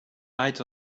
lights